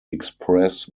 express